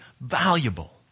valuable